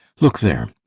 look there!